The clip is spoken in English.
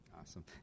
Awesome